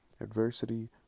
adversity